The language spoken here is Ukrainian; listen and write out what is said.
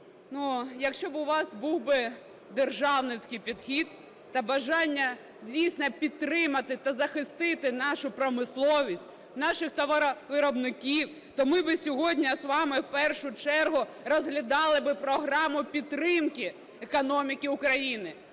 Якщо б у вас був би державницький підхід та бажання дійсно підтримати та захистити та захистити нашу промисловість, наших товаровиробників, то ми би сьогодні з вами в першу чергу розглядали би програму підтримки економіки України,